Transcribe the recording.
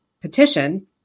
petition